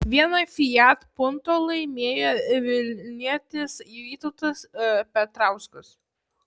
vieną fiat punto laimėjo vilnietis vytautas petrauskas